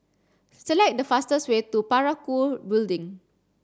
select the fastest way to Parakou Building